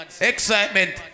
excitement